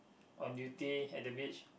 on duty at the beach